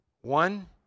One